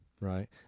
right